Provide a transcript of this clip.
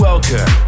Welcome